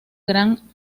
gran